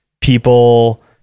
people